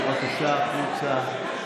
בבקשה החוצה.